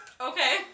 Okay